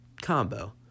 combo